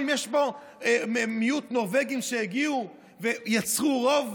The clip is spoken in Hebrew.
גם אם יש פה מיעוט נורבגים שהגיעו ויצרו רוב